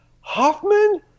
Hoffman